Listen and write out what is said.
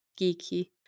geeky